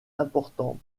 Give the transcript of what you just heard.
important